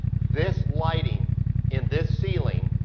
this lighting in this ceiling,